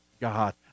God